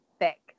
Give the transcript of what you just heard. thick